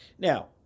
Now